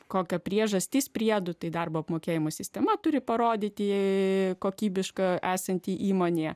kokia priežastis priedų tai darbo apmokėjimo sistema turi parodyti kokybišką esantį įmonėje